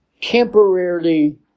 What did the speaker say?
temporarily